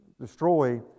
destroy